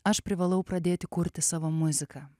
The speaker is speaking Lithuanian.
aš privalau pradėti kurti savo muziką